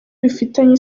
bifitanye